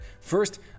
First